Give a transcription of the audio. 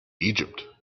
egypt